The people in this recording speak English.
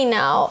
now